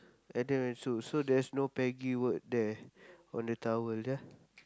Adam and Sue so there's no Peggy word there on the towel ya